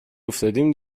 افتادیم